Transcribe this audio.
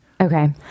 Okay